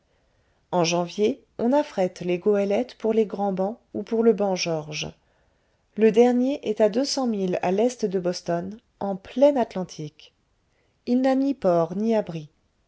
en janvier on affrète les goélettes pour les grands bancs ou pour le banc georges le dernier est à deux cents milles à l'est de boston en plein atlantique il n'a ni port ni abri